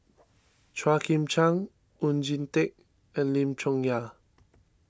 Chua Chim Kang Oon Jin Teik and Lim Chong Yah